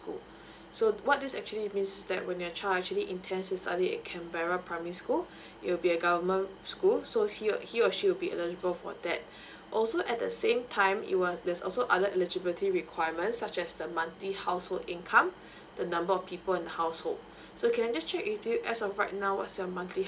school so what is actually means that when your child actually intends to study at canberra primary school it will be a government school so he or he or she will be eligible for that also at the same time it was there's also other eligibility requirement such as the monthly household income the number of people in the household so can I just check with you as of right now what's your monthly